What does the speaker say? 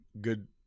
good